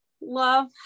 love